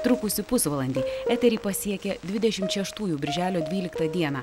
trukusi pusvalandį eterį pasiekė dvidešimt šeštųjų birželio dvyliktą dieną